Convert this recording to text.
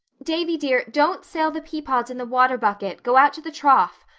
davy dear, don't sail the peapods in the water bucket. go out to the trough.